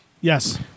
Yes